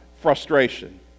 frustration